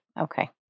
Okay